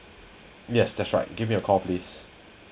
yes that's right give me a call please